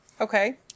Okay